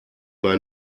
bei